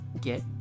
get